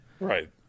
Right